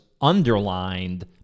underlined